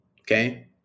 okay